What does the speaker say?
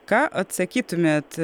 ką atsakytumėt